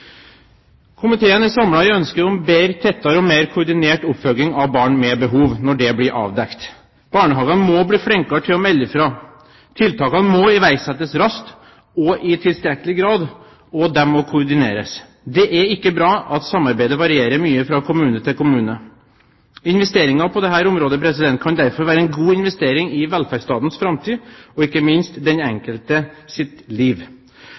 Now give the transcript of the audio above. Komiteen er samlet i ønsket om en bedre, tettere og mer koordinert oppfølging av barn med behov, når det blir avdekket. Barnehagene må bli flinkere til å melde fra, tiltakene må iverksettes raskt og i tilstrekkelig grad, og de må koordineres. Det er ikke bra at samarbeidet varierer mye fra kommune til kommune. Investeringer på dette området kan derfor være en god investering i velferdsstatens framtid og ikke minst i den enkeltes liv.